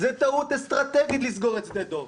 זו טעות אסטרטגית לסגור את שדה דב,